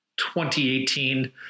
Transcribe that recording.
2018